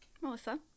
Melissa